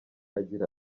agira